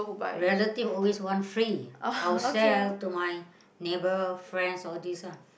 relative always want free I'll sell to my neighbor friends all these lah